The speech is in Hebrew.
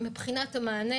מבחינת המענה